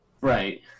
Right